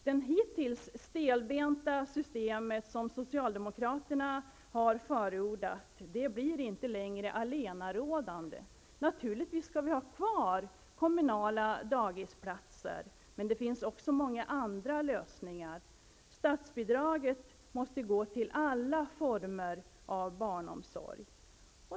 Det hittills stelbenta systemet som socialdemokraterna har förordat blir inte längre allenarådande. Vi skall naturligtvis ha kvar kommunala dagisplatser, men det finns också många andra lösningar. Statsbidrag skall utgå till alla former av barnomsorg.